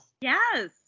Yes